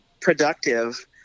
productive